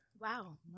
wow